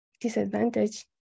disadvantage